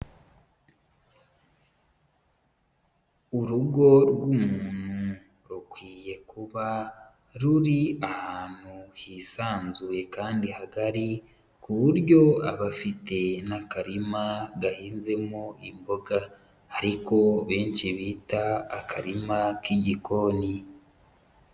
Urugo rw'umuntu rukwiye kuba ruri ahantu hisanzuye kandi hagari ku buryo abafite n'akarima gahinzemo imboga ariko benshi bita akarima k'igikoni.